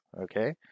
Okay